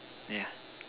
yeah